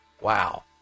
Wow